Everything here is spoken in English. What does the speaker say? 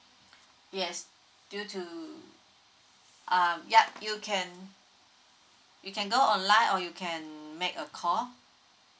yes you too um yup you can you can go online or you can make a call